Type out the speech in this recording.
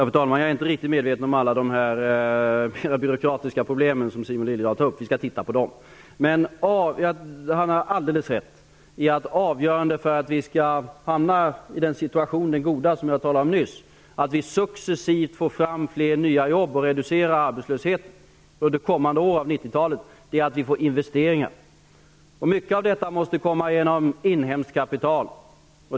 Fru talman! Jag är inte riktigt medveten om alla de mera byråkratiska problem här som Simon Liliedahl tar upp, men vi skall titta på dem. Simon Liliedahl har alldeles rätt i att avgörande för att vi skall hamna i den goda situation som jag nyss talade om, så att vi successivt får fram fler nya jobb och reducerar arbetslösheten under kommande år av 90-talet, är att vi får investeringar. Mycket av detta måste komma genom inhemskt kapital.